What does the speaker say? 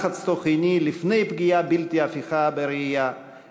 לחץ תוך-עיני לפני פגיעה בלתי הפיכה בראייה,